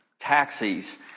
taxis